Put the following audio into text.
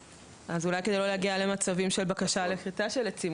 כדי לא להגיע למצבים של בקשה לכריתה של עצים,